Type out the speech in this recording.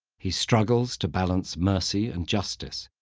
he struggles to balance mercy and justice.